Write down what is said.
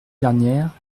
dernière